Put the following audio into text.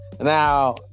now